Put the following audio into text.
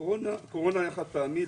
הקורונה היה חד פעמי.